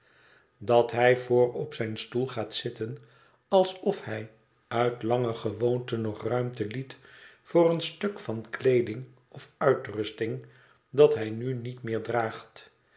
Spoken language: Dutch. dat hij voor op zijn stoel gaat zitten alsof hij uit lange gewoonte nog ruimte liet voor een stuk van kleeding of uitrusting dat hij nu niet meer draagt